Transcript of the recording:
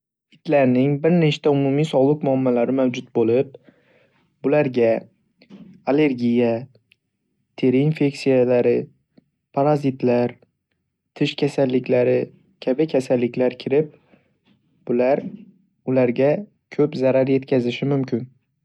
Itlarning bir nechta sog'liq muammolari mavjud bo'lib, ularga allergiya, teri infeksiyalari, parazitlar, tish kasalliklari kabi kasalliklar kirib ular-ularga ko'p zarar yetkazishi mumkin.